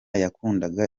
yakundaga